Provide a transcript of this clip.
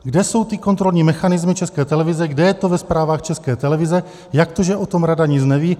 Kde jsou ty kontrolní mechanismy České televize, kde je to ve zprávách České televize, jak to, že o tom rada nic neví?